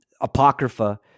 apocrypha